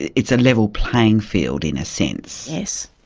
it's a level playing field in a sense. yes.